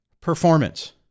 performance